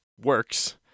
works